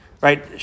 right